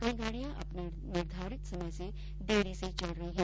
कई गाड़ियां अपने निर्धारित समय से देरी से चल रही हैं